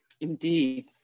Indeed